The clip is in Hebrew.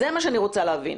זה מה שאני רוצה להבין.